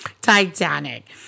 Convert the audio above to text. Titanic